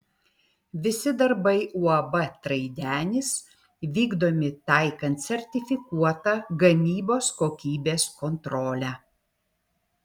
visi darbai uab traidenis vykdomi taikant sertifikuotą gamybos kokybės kontrolę